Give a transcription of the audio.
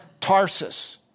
Tarsus